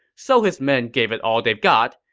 so his men gave it all they've got.